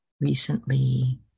recently